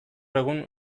egun